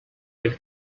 del